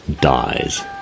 Dies